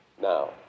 Now